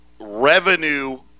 Revenue